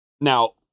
Now